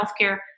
healthcare